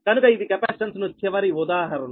కనుక ఇది కెపాసిటెన్స్ కు చివరి ఉదాహరణ